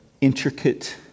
intricate